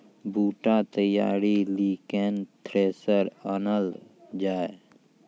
बूटा तैयारी ली केन थ्रेसर आनलऽ जाए?